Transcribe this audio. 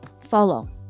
follow